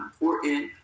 important